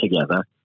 together